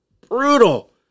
brutal